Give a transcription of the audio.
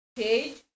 page